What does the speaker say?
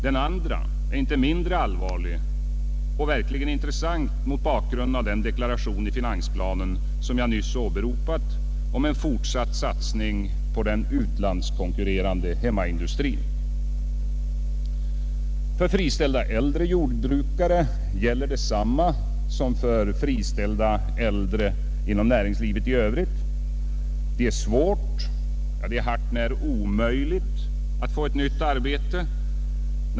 Den andra är inte mindre allvarlig och verkligen intressant mot bakgrunden av den deklaration i finansplanen som jag nyss åberopat om fortsatt satsning på den utlandskonkurrerande hemmaindustrin. För friställda äldre jordbrukare gäller detsamma som för friställda äldre inom näringslivet i övrigt: det är svårt — ja, hart när omöjligt — att få ett nytt arbete.